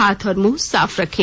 हाथ और मुंह साफ रखें